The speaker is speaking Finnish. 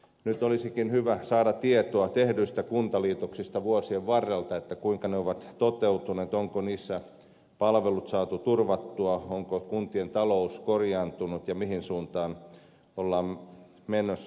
nyt olisikin hyvä saada tietoa tehdyistä kuntaliitoksista vuosien varrelta kuinka ne ovat toteutuneet onko niissä palvelut saatu turvattua onko kuntien talous korjaantunut ja mihin suuntaan ollaan menossa